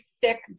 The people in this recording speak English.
thick